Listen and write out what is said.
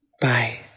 Bye